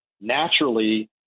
Naturally